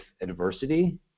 adversity